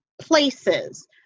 places